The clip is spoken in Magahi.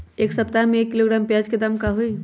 एक सप्ताह में एक किलोग्राम प्याज के दाम का होई?